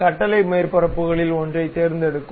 கட்டளை மேற்பரப்புகளில் ஒன்றைத் தேர்ந்தெடுக்கும்